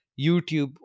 YouTube